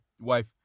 wife